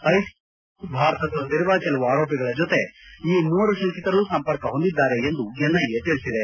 ISIS ಉಗ್ರ ಸಂಘಟನೆ ಸೇರಲು ಭಾರತ ತೊರೆದಿರುವ ಕೆಲವು ಆರೋಪಿಗಳ ಜತೆ ಈ ಮೂವರು ಶಂಕಿತರು ಸಂಪರ್ಕ ಹೊಂದಿದ್ದಾರೆ ಎಂದು ಎನ್ಐಎ ತಿಳಿಸಿದೆ